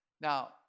Now